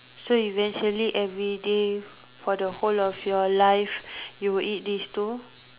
so eventually everyday for the whole of your life you will eat this two